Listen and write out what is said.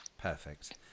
Perfect